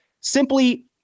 simply –